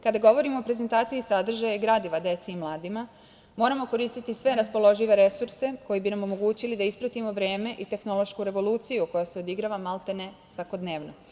Kada govorimo o prezentaciji sadržaja gradiva dece i mladima moramo koristiti sve raspoložive resurse koji bi nam omogućili da ispratimo vreme i tehnološku revoluciju koja se odigrava maltene svakodnevno.